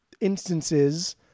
instances